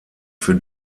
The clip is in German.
für